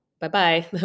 bye-bye